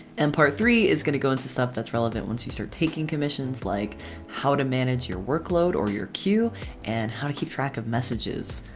and part three is gonna go into stuff that's relevant once you start taking commissions, like how to manage your workload workload or your queue and how to keep track of messages.